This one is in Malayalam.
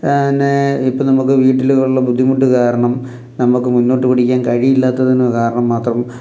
പിന്നെ ഇപ്പം നമുക്ക് വീട്ടിലുള്ള ബുദ്ധിമുട്ട് കാരണം നമുക്ക് മുന്നോട്ട് പിടിക്കാൻ കഴിയില്ലാത്തതിന് കാരണം മാത്രം